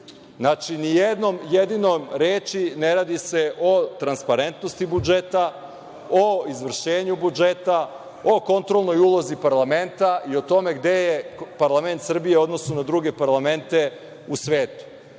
jednom jedinom reči se ne radi o transparentnosti budžeta, o izvršenju budžeta, o kontrolnoj ulozi parlamenta i o tome gde je parlament Srbije u odnosu na druge parlamente u svetu.